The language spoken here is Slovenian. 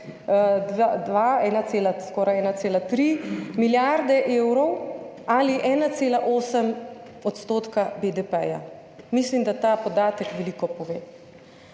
skoraj 1,3 milijarde evrov ali 1,8 % BDP. Mislim, da ta podatek veliko pove.